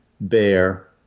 bear